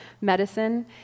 medicine